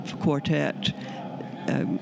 quartet